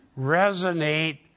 resonate